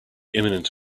imminent